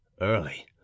early